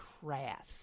crass